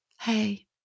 hey